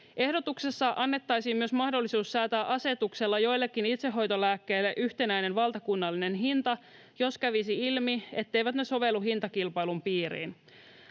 Ehdotuksessa annettaisiin myös mahdollisuus säätää asetuksella joillekin itsehoitolääkkeille yhtenäinen valtakunnallinen hinta, jos kävisi ilmi, etteivät ne sovellu hintakilpailun piiriin.